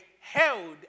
held